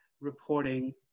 reporting